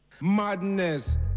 Madness